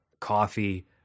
coffee